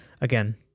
Again